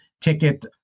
ticket